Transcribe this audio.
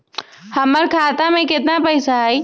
हमर खाता में केतना पैसा हई?